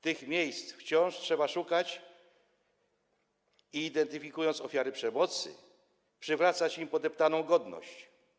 Tych miejsc wciąż trzeba szukać i identyfikując ofiary przemocy, przywracać im podeptaną godność.